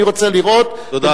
אני רוצה לראות, תודה.